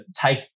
take